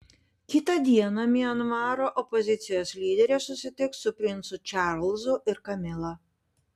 kitą dieną mianmaro opozicijos lyderė susitiks su princu čarlzu ir kamila